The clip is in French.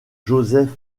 joseph